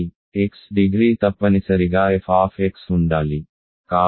x degree తప్పనిసరిగా f ఉండాలి